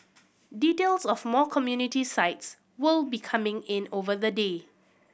details of more community sites will be coming in over the day